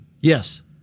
Yes